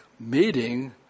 meeting